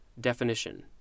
definition